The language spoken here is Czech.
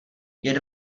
jen